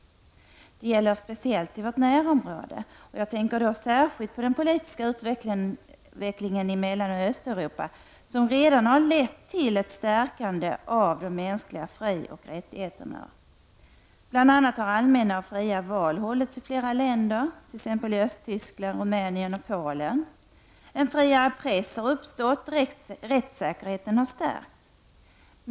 Detta gäller speciellt i vårt närområde, och jag tänker då särskilt på den politiska utvecklingen i Mellanoch Östeuropa, som redan har lett till ett stärkande av de mänskliga frioch rättigheterna. Bl.a. har allmänna och fria val hållits i flera länder, t.ex. i Östtyskland, Rumänien och Polen. En friare press har uppstått, och rättssäkerheten har stärkts.